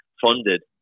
funded